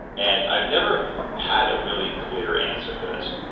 and i've never had a really clear answer for this,